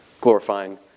glorifying